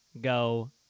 go